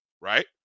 Right